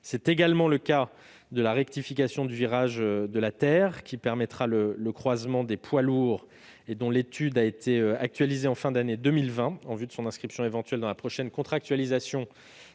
c'est également le cas de la rectification du virage de La Teyre, qui permettra le croisement des poids lourds et dont l'étude a été actualisée en fin d'année 2020 en vue de son inscription éventuelle dans la prochaine contractualisation